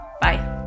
Bye